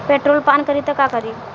Petrol पान करी त का करी?